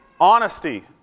honesty